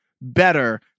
better